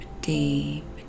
deep